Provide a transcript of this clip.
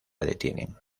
detienen